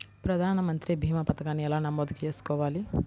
ప్రధాన మంత్రి భీమా పతకాన్ని ఎలా నమోదు చేసుకోవాలి?